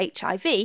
HIV